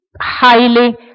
highly